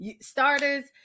Starters